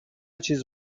چیز